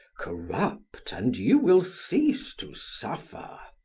corrupt, and you will cease to suffer!